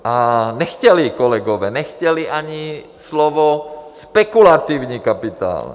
A nechtěli kolegové, nechtěli ani slovo spekulativní kapitál.